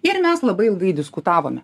ir mes labai ilgai diskutavome